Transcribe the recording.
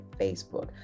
facebook